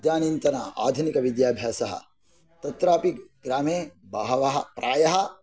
इदानीन्तन आधुनिकविद्याभ्यासः तत्रापि ग्रामे बहवः प्रायः